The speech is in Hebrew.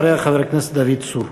אחריה, חבר הכנסת דוד צור.